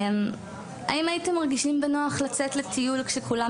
האם הייתם מרגישים בנוח לצאת לטיול כשכולם